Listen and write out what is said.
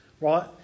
right